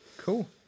Cool